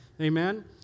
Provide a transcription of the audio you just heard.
Amen